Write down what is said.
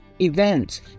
events